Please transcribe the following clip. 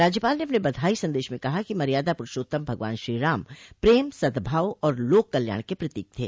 राज्यपाल ने अपने बधाई संदेश में कहा कि मर्यादा पुरूषोत्तम भगवान श्रीराम पम सदभाव और लोक कल्याण के प्रतीक थे